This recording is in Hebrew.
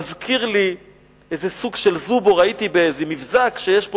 מזכיר לי איזה סוג של "זובור"; ראיתי באיזה מבזק שיש פה